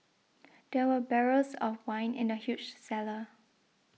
there were barrels of wine in the huge cellar